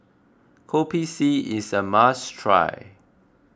Kopi C is a must try